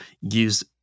use